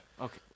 Okay